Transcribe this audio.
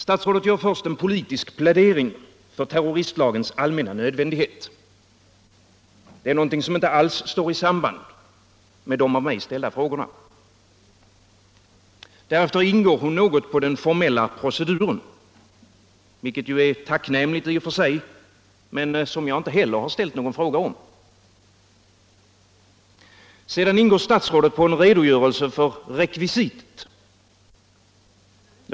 Statsrådet gör först en politisk plädering för terroristlagens allmänna nödvändighet, något som inte alls står i samband med de av mig ställda frågorna. Därefter ingår hon något på den formella proceduren, vilket är tacknämligt i och för sig men som jag heller inte har ställt någon fråga om. Sedan ingår statsrådet på en redogörelse för rekvisitet.